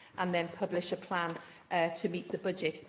and then publish a plan to meet the budget.